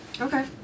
Okay